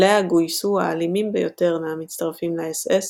אליה גויסו האלימים ביותר מהמצטרפים לאס־אס,